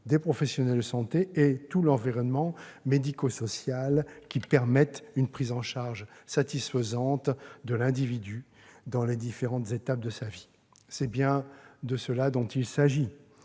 des professionnels de santé et tout l'environnement médico-social, qui permettent une prise en charge satisfaisante de l'individu au cours des différentes étapes de sa vie. C'est bien de cela qu'il s'agit